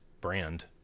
brand